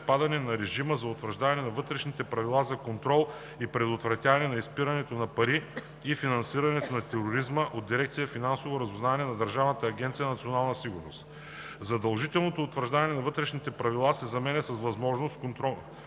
отпадане на режима за утвърждаване на вътрешните правила за контрол и предотвратяване на изпирането на пари и финансирането на тероризма от Дирекция „Финансово разузнаване“ на Държавна агенция „Национална сигурност“. Задължителното утвърждаване на вътрешните правила се заменя с възможността контролните